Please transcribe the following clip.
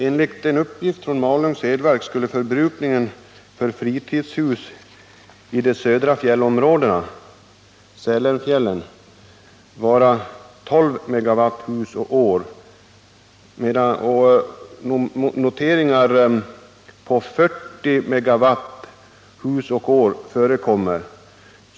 Enligt en uppgift från Malungs elverk skulle förbrukningen för fritidshus i de södra fjällområdena, dvs. Sälenfjällen, vara 12 MWh per hus och år, och noteringar på 40 MWh per hus och år förekommer.